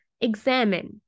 Examine